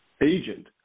agent